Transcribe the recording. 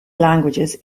languages